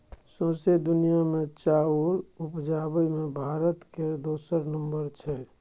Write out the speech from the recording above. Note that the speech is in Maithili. सौंसे दुनिया मे चाउर उपजाबे मे भारत केर दोसर नम्बर छै